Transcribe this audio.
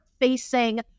facing